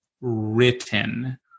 written